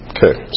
Okay